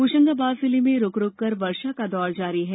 होशंगाबाद जिले में रूक रूककर वर्षा का दौर जारी है